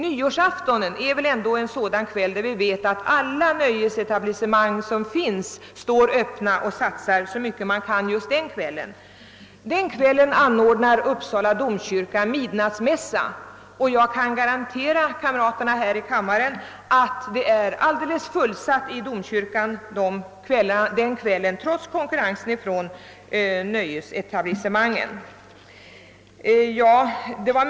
Nyårsafton är som vi vet en kväll då alla nöjesetablissemang håller öppet och satsar så mycket de kan. Den kvällen anordnar Uppsala domkyrka midnattsmässa, och jag kan garantera kammarens ledamöter att det då trots konkurrensen från nöjesetablissemangen är alldeles fullsatt i domkyrkan.